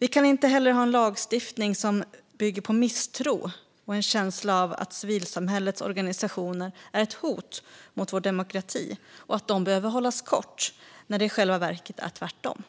Vi kan inte heller ha en lagstiftning som bygger på misstro och en känsla av att civilsamhällets organisationer är ett hot mot vår demokrati och behöver hållas kort, när det i själva verket är tvärtom.